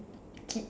keep